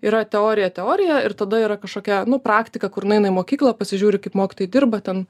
yra teorija teorija ir tada yra kažkokia nu praktika kur nueina į mokyklą pasižiūri kaip mokytojai dirba ten